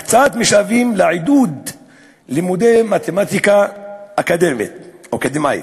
ולהקצות משאבים לעידוד לימודי מתמטיקה אקדמית.